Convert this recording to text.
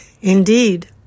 Indeed